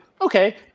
okay